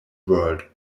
world